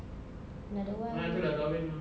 another one